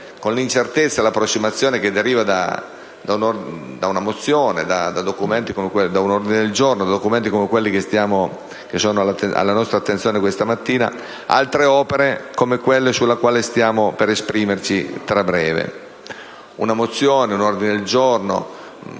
con l'incertezza e l'approssimazione che deriva da una mozione, da ordini del giorno o da documenti come quelli alla nostra attenzione questa mattina, altre opere come quella sulla quale ci apprestiamo ad esprimerci: una mozione, un ordine del giorno,